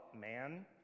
man